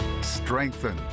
strengthen